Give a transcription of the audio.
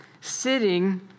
sitting